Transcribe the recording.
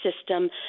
system